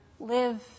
Live